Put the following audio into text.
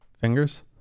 fingers